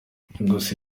gusa